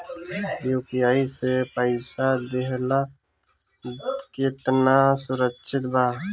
UPI से पईसा देहल केतना सुरक्षित बा?